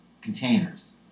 containers